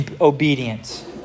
obedience